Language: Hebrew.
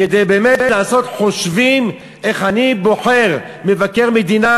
כדי באמת לעשות חושבים איך אני בוחר מבקר מדינה,